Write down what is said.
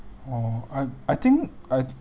oh I I think I